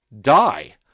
die